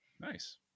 Nice